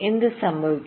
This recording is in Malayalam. എന്തു സംഭവിക്കും